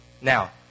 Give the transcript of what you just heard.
Now